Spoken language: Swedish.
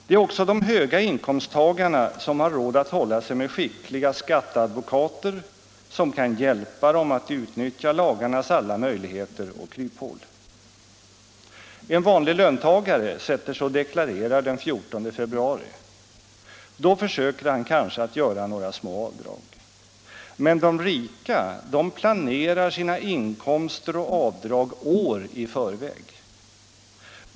Det är också de höga inkomsttagarna som har råd att hålla sig med skickliga skatteadvokater, som kan hjälpa dem att utnyttja lagarnas alla möjligheter och kryphål. En vanlig löntagare sätter sig och deklarerar den 14 februari. Då försöker han kanske att göra några små avdrag. Men de rika planerar sina inkomster och avdrag år i förväg.